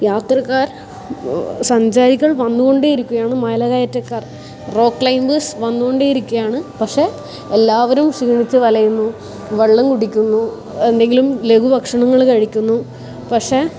യാത്രക്കാർ സഞ്ചാരികൾ വന്ന് കൊണ്ടേ ഇരിക്കുവാണ് മലകയറ്റക്കാർ റോക്ക് ക്ലൈമ്പേഴ്സ് വന്ന് കൊണ്ടേ ഇരിക്കുവാണ് പക്ഷേ എല്ലാവരും ക്ഷീണിച്ച് വലയുന്നു വെള്ളം കുടിക്കുന്നു എന്തെങ്കിലും ലഖുഭക്ഷണങ്ങൾ കഴിക്കുന്നു പക്ഷേ